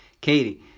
Katie